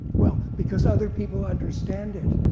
well, because other people understand it.